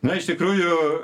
na iš tikrųjų